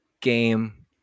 game